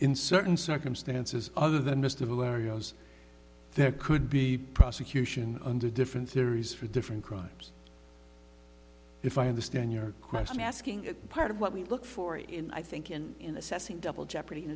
in certain circumstances other than midst of areas there could be prosecution under different theories for different crimes if i understand your question asking part of what we look for in i think and in assessing double jeopardy in